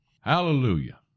Hallelujah